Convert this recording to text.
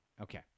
Okay